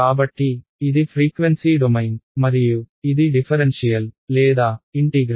కాబట్టి ఇది frequency domain మరియు ఇది డిఫరెన్షియల్ లేదా ఇంటిగ్రల్